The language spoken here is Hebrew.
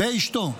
ואשתו,